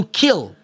kill